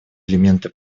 элементы